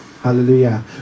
Hallelujah